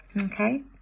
Okay